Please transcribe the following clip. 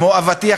כמו אבטיח,